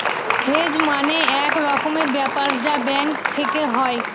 hedge মানে এক রকমের ব্যাপার যা ব্যাঙ্ক থেকে হয়